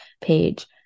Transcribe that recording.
page